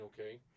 okay